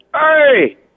Hey